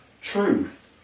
truth